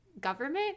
government